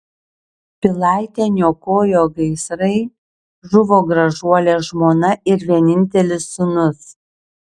pilaitę niokojo gaisrai žuvo gražuolė žmona ir vienintelis sūnus